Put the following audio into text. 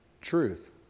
truth